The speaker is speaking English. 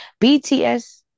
BTS